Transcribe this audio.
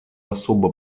особо